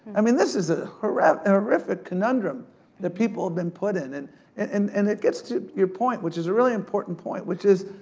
i mean, this is ah an horrific conundrum that people have been put in. and and and it gets to your point, which is a really important point, which is,